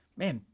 man,